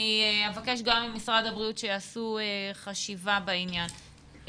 אני אבקש גם ממשרד הבריאות שיעשו חשיבה בעניין.